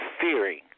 fearing